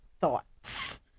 thoughts